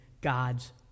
God's